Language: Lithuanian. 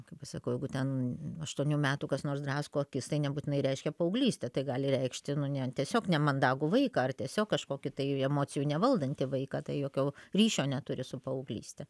kaip aš sakau jeigu ten aštuonių metų kas nors drasko akis tai nebūtinai reiškia paauglystę tai gali reikšti nu ne tiesiog nemandagų vaiką ar tiesiog kažkokį tai emocijų nevaldantį vaiką tai jokio ryšio neturi su paauglyste